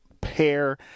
pair